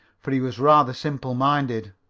for he was rather simple-minded.